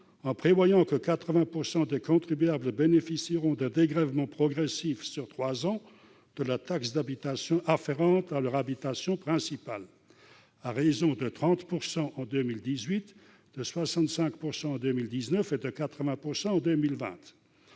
en prévoyant que 80 % des contribuables bénéficieront d'un dégrèvement progressif sur trois ans de la taxe d'habitation afférente à leur habitation principale, à raison de 30 % en 2018, de 65 % en 2019 et de 80 % en 2020.